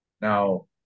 Now